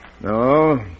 No